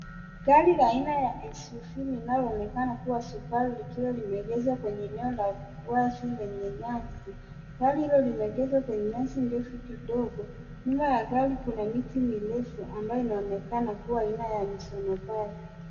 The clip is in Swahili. Gari aina ya SUV linaloonekana kama Subaru likiwa limeegeshwa kwenye eneo la wazi lenye nyasi. Gari hilo limeegeshwa kwenye nyasi ndefu kidogo. Nyuma ya gari kuna miti mirefu ambayo inaonekana kuwa aina ya misonobari.